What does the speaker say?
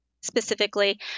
specifically